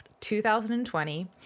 2020